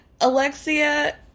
Alexia